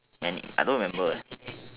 mean I don't remember